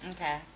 okay